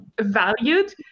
valued